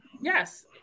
Yes